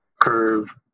Curve